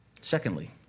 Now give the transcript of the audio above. Secondly